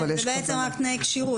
אבל יש כוונה --- זה בעצם רק תנאי כשירות.